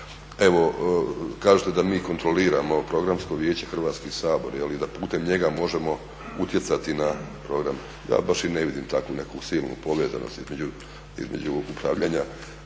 Evo, kažete da mi kontroliramo Programsko vijeće, Hrvatski sabor, da putem njega možemo utjecati na program, ja baš i ne vidim takvu neku silnu povezanost između upravljanja